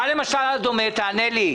תענה לי.